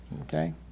Okay